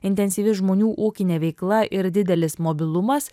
intensyvi žmonių ūkinė veikla ir didelis mobilumas